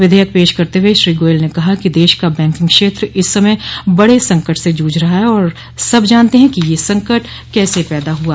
विधेयक पेश करते हुए श्री गोयल ने कहा कि देश का बैंकिंग क्षेत्र इस समय बड़े संकट से जूझ रहा है और सब जानते हैं कि यह संकट कैसे पैदा हुआ